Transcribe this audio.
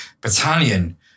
battalion